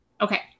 Okay